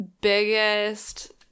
biggest